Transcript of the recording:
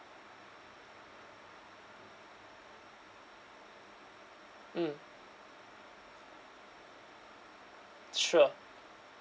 mm sure